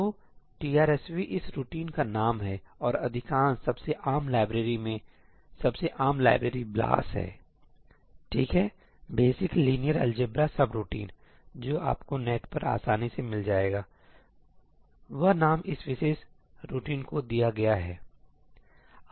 तो TRSV इस routine का नाम है और अधिकांश सबसे आम लाइब्रेरी में इसलिए सबसे आम लाइब्रेरी BLAS है ठीक है बेसिक लिनियर अलजेब्रा सबरूटीन जो आपको नेट पर आसानी से मिल जाएगा तो वह नाम इस विशेष रूटीन को दिया गया है